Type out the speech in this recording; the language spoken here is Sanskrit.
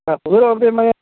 हा पुनरोक्तिर्मया